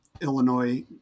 Illinois